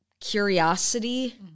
curiosity